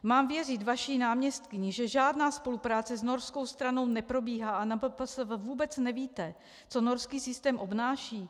Mám věřit vaší náměstkyni, že žádná spolupráce s norskou stranou neprobíhá a na MPSV vůbec nevíte, co norský systém obnáší?